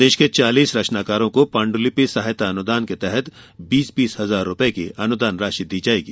प्रदेश के चालीस रचनाकारों को पाण्डुलिपि सहायता अनुदान के तहत बीस बीस हजार रूपये की अनुदान राशि दी जायेगी